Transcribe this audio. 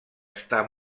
està